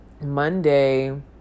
Monday